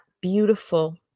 beautiful